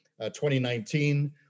2019